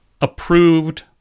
approved